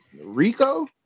Rico